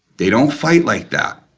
they don't fight like that,